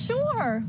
Sure